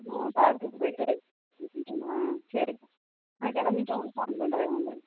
ஆ பார்க்குக்கு போய்ட்டு சரி நான் கிளம்பிட்டு உங்களுக்கு ஃபோன் பண்ணுறேன் வந்துவிடுங்க